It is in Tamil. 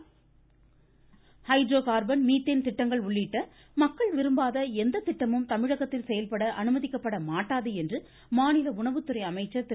காமராஜ் ஹைட்ரோ கார்பன் மீத்தேன் திட்டங்கள் உள்ளிட்ட மக்கள் விரும்பாத எந்த திட்டமும் தமிழகத்தில் செயல்பட அனுமதிக்கப்பட மாட்டாது என்று மாநில உணவுத்துறை அமைச்சர் திரு